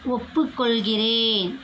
ஒப்புக்கொள்கிறேன்